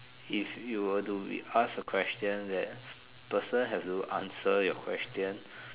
if you were to be asked a question that person have to answer your question